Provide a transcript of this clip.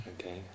Okay